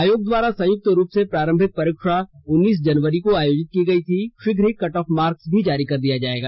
आयोग द्वारा संयुक्त रूप से प्रारंभिक परीक्षा उन्नीस जनवरी को आयोजित की गयी थी शीघ्र ही कट ऑफ मार्क्स भी जारी कर दिया जाएगा